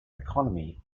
economy